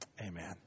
Amen